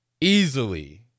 easily